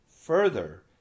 further